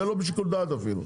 זה לא בשיקול דעת אפילו.